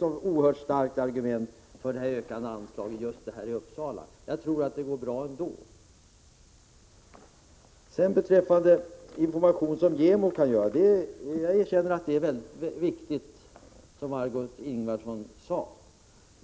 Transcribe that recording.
något särskilt starkt argument för en ökning av anslaget. Det projektet kommer att gå bra även detta förutan. Jag erkänner vidare att den information som JämO kan ge är mycket viktig, som Margö Ingvardsson sade.